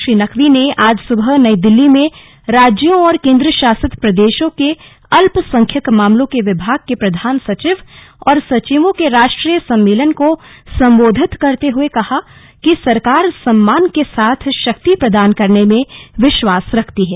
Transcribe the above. श्री नकवी ने आज सुबह नई दिल्ली में राज्यों और केन्द्र शासित प्रदेशों के अल्पसंख्यक मामलों के विभाग के प्रधान सचिव और सचिवों के राष्ट्रीय सम्मेलन को संबोधित करते हुए कहा कि सरकार सम्मान के साथ शक्ति प्रदान करने में विश्वास रखती है